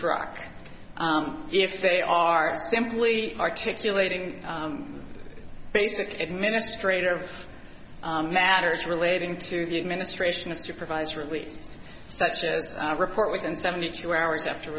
struck if they are simply articulating a basic administrator of matters relating to the administration of supervised release such a report within seventy two hours after